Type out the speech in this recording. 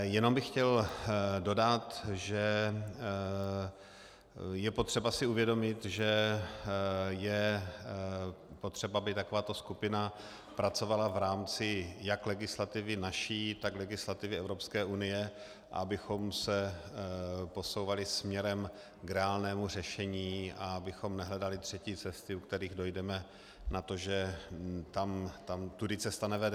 Jen bych chtěl dodat, že je potřeba si uvědomit, že je potřeba, aby takováto skupina pracovala v rámci jak legislativy naší, tak legislativy Evropské unie, abychom se posouvali směrem k reálnému řešení a abychom nehledali třetí cesty, u kterých dojdeme k tomu, že tudy cesty nevede.